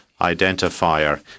identifier